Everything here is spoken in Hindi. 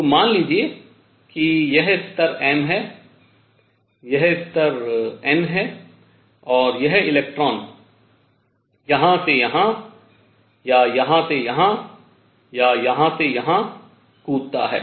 तो मान लीजिए कि यह स्तर m है यह स्तर n है और यह इलेक्ट्रॉन यहाँ से यहाँ या यहाँ से यहाँ या यहाँ से यहाँ कूदता है